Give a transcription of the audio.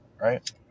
Right